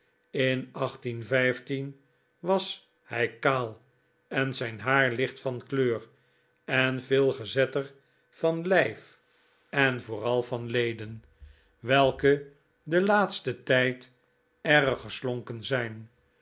in was hij kaal en zijn haar licht van kleur en veel gezetter van lijf en vooral van leden welke den laatsten tijd erg geslonken zijn